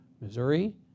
Missouri